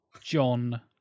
John